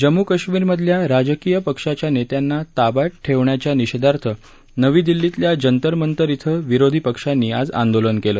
जम्मू कश्मीरमधल्या राजकीय पक्षाच्या नेत्यांना ताब्यात ठेवण्याच्या निषेधार्थ नवी दिल्लीतल्या जंतरमंतर इथं विरोधी पक्षांनी आज आंदोलन केलं